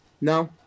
No